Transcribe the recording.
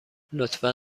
لطفا